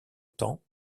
temps